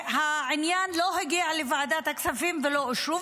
והעניין לא הגיע לוועדת הכספים ולא אושרו,